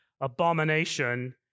abomination